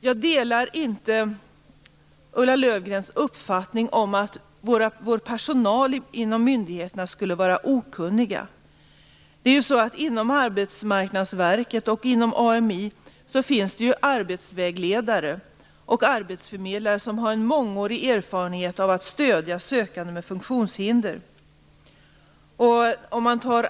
Jag delar inte Ulla Löfgrens uppfattning om att vår personal inom myndigheterna skulle vara okunnig. Inom Arbetsmarknadsverket och AMI finns det arbetsvägledare och arbetsförmedlare som har en mångårig erfarenhet av att stödja sökande med funktionshinder.